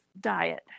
diet